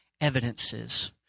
evidences